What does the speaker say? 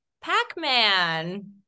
pac-man